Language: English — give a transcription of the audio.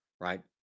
Right